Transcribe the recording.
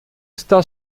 está